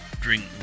drink